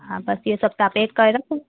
हा बसि इहे सभु तव्हां पेक करे रखो